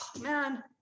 Man